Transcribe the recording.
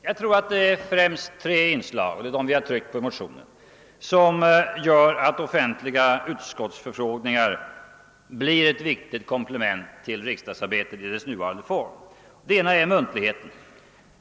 Jag tror att det främst är tre inslag — vi har tryckt på dessa i motionen — som gör att offentliga utskottsutfrågningar blir ett viktigt komplement till riksdagsarbetet i dess nuvarande former. Det ena är muntligheten.